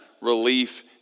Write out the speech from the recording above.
relief